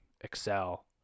excel